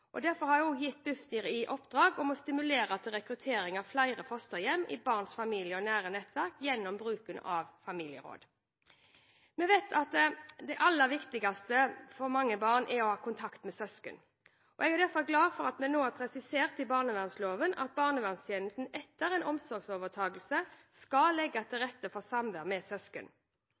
familien. Derfor har jeg gitt Bufdir i oppdrag å stimulere til rekruttering av flere fosterhjem i barnets familie og nære nettverk gjennom bruken av familieråd. Vi vet at det aller viktigste for mange barn er å ha kontakt med søsken. Jeg er derfor glad for at vi nå har presisert i barnevernloven at barnevernstjenesten etter en omsorgsovertakelse skal legge til rette for samvær med søsken.